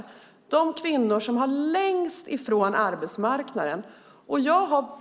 Vi pratar om de kvinnor som står längst ifrån arbetsmarknaden.